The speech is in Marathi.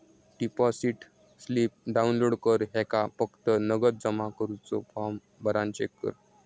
डिपॉसिट स्लिप डाउनलोड कर ह्येका फक्त नगद जमा करुचो फॉर्म भरान चेक कर